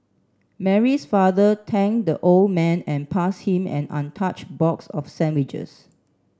Mary's father thanked the old man and passed him an untouched box of sandwiches